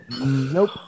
Nope